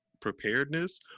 preparedness